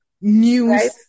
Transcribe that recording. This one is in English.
News